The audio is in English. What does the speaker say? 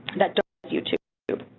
that don't you to